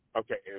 okay